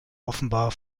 offenbar